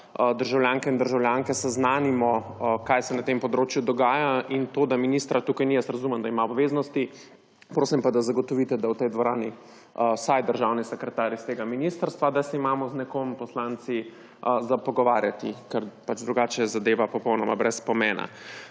državljane in državljanke seznanimo, kaj se na tem področju dogaja. In to, da ministra tukaj ni, razumem, da ima obveznosti, prosim pa, da zagotovite, da je v tej dvorani vsaj državni sekretar iz tega ministrstva, da se imamo z nekom poslanci pogovarjati. Ker pač drugače je zadeva popolnoma brez pomena.